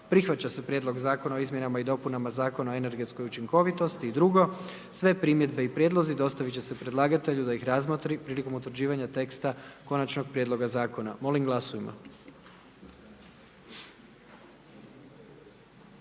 prihvaća se Prijedlog Zakona o vinu i drugo, sve primjedbe i prijedlozi dostavit će se predlagatelju da ih razmotri prilikom utvrđivanja teksta konačnog prijedloga zakona, molim glasujmo.